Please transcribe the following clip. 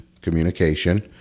communication